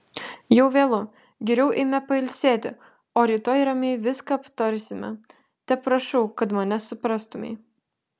jau vėlu geriau eime pailsėti o rytoj ramiai viską aptarsime teprašau kad mane suprastumei